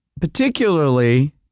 Particularly